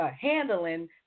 handling